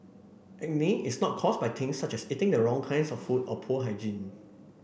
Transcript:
acne is not caused by things such as eating the wrong kinds of food or poor hygiene